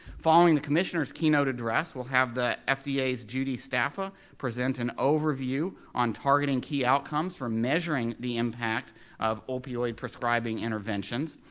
following the commissioner's keynote address, we'll have the fda's judy staffa present an overview on targeting key outcomes for measuring the impact of opioid prescribing interventions.